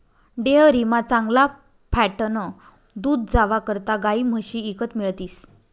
डेअरीमा चांगला फॅटनं दूध जावा करता गायी म्हशी ईकत मिळतीस